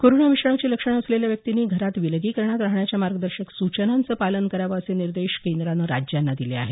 corona विषाणूची लक्षणं असलेल्या व्यक्तींनी घरात विलगीकरणात राहण्याच्या मार्गदर्शक सूचनांचं पालन करावं असे निर्देश केंद्रानं राज्यांना दिले आहेत